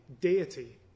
deity